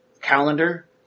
calendar